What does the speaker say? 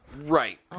Right